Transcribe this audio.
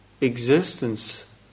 existence